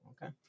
Okay